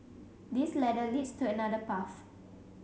this ladder leads to another path